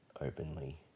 openly